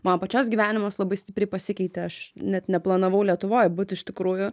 mano pačios gyvenimas labai stipriai pasikeitė aš net neplanavau lietuvoj būt iš tikrųjų